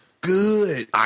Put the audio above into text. Good